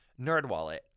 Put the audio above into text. NerdWallet